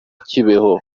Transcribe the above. kibeho